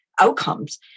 outcomes